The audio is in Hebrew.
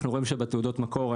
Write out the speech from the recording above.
אנחנו רואים שבתעודות מקור,